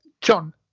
John